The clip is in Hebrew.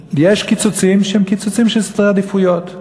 יש קיצוצים שהם קיצוצים של סדרי עדיפויות,